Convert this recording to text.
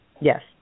Yes